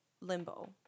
limbo